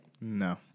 No